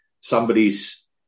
somebody's